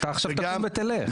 גם אתה עכשיו תקום ותלך.